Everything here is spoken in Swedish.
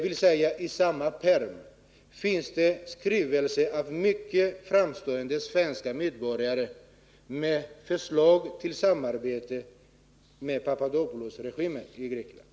I samma pärm finns en skrivelse, av mycket framstående svenska medborgare, med förslag till samarbete med Papadopoulosregimen i Grekland.